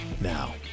now